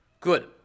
Good